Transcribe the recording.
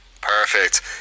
Perfect